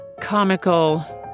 comical